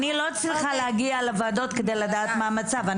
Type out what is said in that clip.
אני לא צריכה להגיע לוועדות כדי לדעת מה המצב.